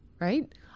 Right